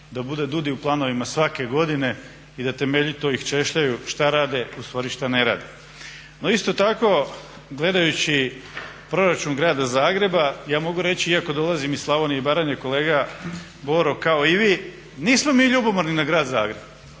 da bude DUDI u planovima svake godine i da temeljito ih češljaju šta rade, ustvari šta ne rade. No isto tako gledajući proračun grada Zagreba, ja mogu reći iako dolazim iz Slavonije i Baranje kolega Boro kao i vi, nismo mi ljubomorni na grad Zagreb